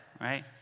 right